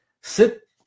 sit